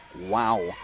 Wow